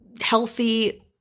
healthy